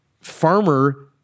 farmer